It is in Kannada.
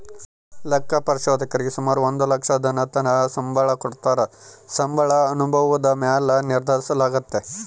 ಲೆಕ್ಕ ಪರಿಶೋಧಕರೀಗೆ ಸುಮಾರು ಒಂದು ಲಕ್ಷದತಕನ ಸಂಬಳ ಕೊಡತ್ತಾರ, ಸಂಬಳ ಅನುಭವುದ ಮ್ಯಾಲೆ ನಿರ್ಧರಿಸಲಾಗ್ತತೆ